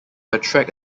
attract